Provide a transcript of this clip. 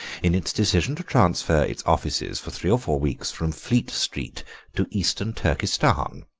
in its decision to transfer its offices for three or four weeks from fleet street to eastern turkestan,